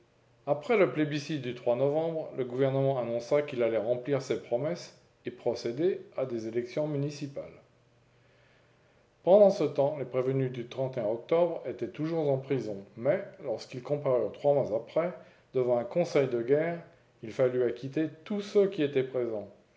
après le plébiscite du novembre le gouvernement annonça qu'il allait remplir ses promesses et procéder à des élections municipales pendant ce temps les prévenus du octobre étaient toujours en prison mais lorsqu'ils comparurent trois mois après devant un conseil de guerre il fallut acquitter tous ceux qui étaient présents